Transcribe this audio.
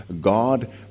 God